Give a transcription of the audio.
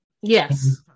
yes